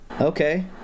Okay